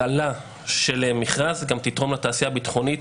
הקלה של מכרז גם תתרום לתעשייה הביטחונית